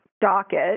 docket